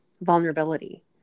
vulnerability